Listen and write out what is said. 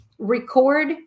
record